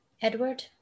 Edward